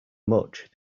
much